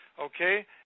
Okay